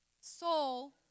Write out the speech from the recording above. soul